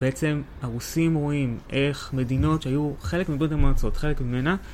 בעצם הרוסים רואים איך מדינות שהיו חלק מברית המועצות, חלק ממנה..